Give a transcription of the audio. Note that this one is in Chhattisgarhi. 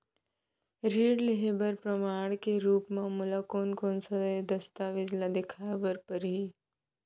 ऋण लिहे बर प्रमाण के रूप मा मोला कोन से दस्तावेज ला देखाय बर परही?